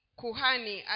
kuhani